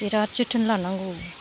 बिराद जोथोन लानांगौ